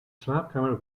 slaapkamer